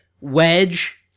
Wedge